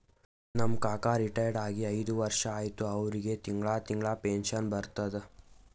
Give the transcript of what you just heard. ನಮ್ ಕಾಕಾ ರಿಟೈರ್ ಆಗಿ ಐಯ್ದ ವರ್ಷ ಆಯ್ತ್ ಅವ್ರಿಗೆ ತಿಂಗಳಾ ತಿಂಗಳಾ ಪೆನ್ಷನ್ ಬರ್ತುದ್